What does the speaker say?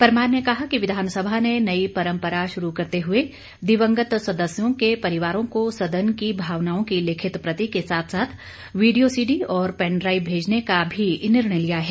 परमार ने कहा कि विधानसभा ने नई परम्परा शुरू करते हुए दिवंगत सदस्यों के परिवारों को सदन की भावनाओं की लिखित प्रति के साथ साथ वीडियो सीडी और पैनडाईव भेजने का भी निर्णय लिया है